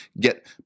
get